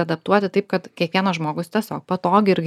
adaptuoti taip kad kiekvienas žmogus tiesiog patogiai ir